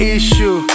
Issue